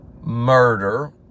murder